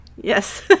yes